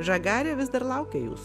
žagarė vis dar laukia jūsų